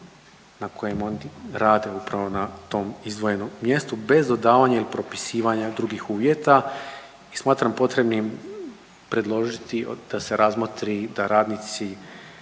na kojem on rade upravo na tom izdvojenom mjestu, bez dodavanja ili propisivanja drugih uvjeta i smatram potrebnim predložiti da se razmotri da radnici